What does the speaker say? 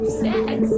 sex